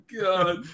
God